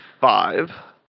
five